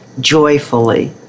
joyfully